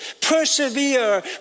Persevere